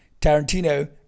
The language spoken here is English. Tarantino